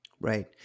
Right